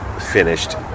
finished